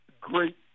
great